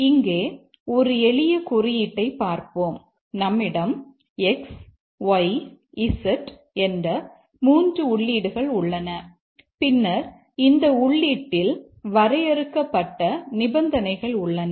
இங்கே ஒரு எளிய குறியீட்டைப் பார்ப்போம் நம்மிடம் x y z என்ற 3 உள்ளீடுகள் உள்ளன பின்னர் இந்த உள்ளீட்டில் வரையறுக்கப்பட்ட நிபந்தனைகள் உள்ளன